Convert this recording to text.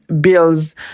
bills